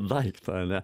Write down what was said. daiktą ane